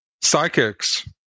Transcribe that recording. psychics